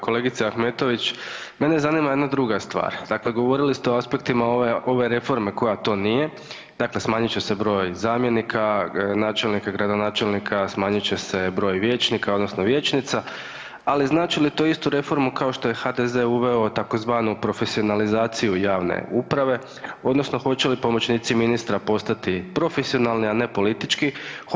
Kolegice Ahmetović, mene zanima jedna druga stvar, dakle govorili ste o aspektima ove reforme koja to nije dakle smanjit će se broj zamjenika, načelnika, gradonačelnika, broj vijećnika odnosno vijećnika, ali znači li to istu reformu kao što je HDZ uveo tzv. profesionalizaciju javne uprave odnosno hoće li pomoćnici ministra postati profesionalni, a ne politički?